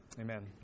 Amen